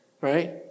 Right